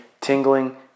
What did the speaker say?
tingling